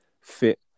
fit